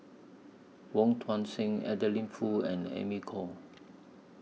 Wong Tuang Seng Adeline Foo and Amy Khor